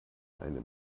eine